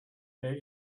der